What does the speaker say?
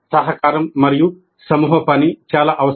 సహకారం మరియు సమూహ పని చాలా అవసరం